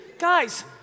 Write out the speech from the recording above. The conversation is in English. Guys